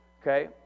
Okay